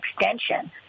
extension